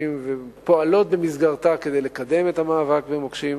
ופועלות במסגרתה כדי לקדם את המאבק במוקשים